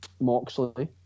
Moxley